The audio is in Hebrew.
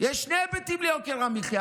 שני היבטים ליוקר המחיה,